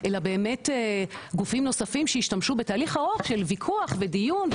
אלא באמת אלא באמת גופים נוספים שהשתמשו בתהליך ארוך של ויכוח ודיון,